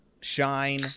shine